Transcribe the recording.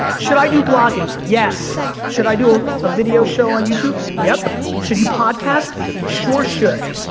should i do blogging? yes. should i do a video show on youtube? yep. should you podcast? you sure should.